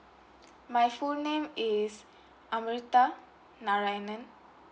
my full name is amereeta narainan